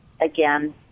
again